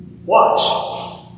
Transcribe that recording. Watch